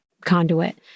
conduit